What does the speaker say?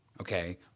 okay